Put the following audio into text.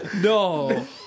No